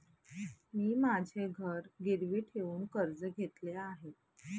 मी माझे घर गिरवी ठेवून कर्ज घेतले आहे